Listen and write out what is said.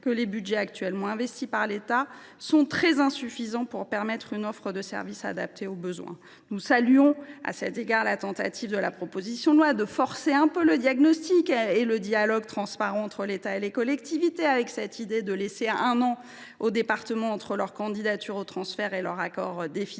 que les budgets actuellement investis par l’État sont très insuffisants pour permettre une offre de services adaptée aux besoins. Nous saluons à cet égard la tentative, au travers de cette proposition de loi, de forcer le diagnostic et le dialogue transparent entre l’État et les collectivités, avec cette idée de laisser aux départements un an entre leur candidature au transfert et leur accord définitif,